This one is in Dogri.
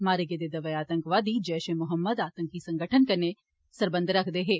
मारे गेदे दवे आतंकवादी जैष ए मोहम्मद आतंकवादी संगठन कन्नै सरबंध रक्खदे हे